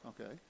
okay